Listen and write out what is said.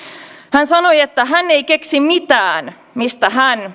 hän sanoi että hän ei keksi mitään mistä hän